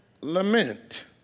lament